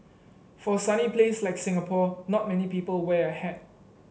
for sunny place like Singapore not many people wear a hat